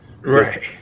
right